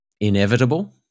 inevitable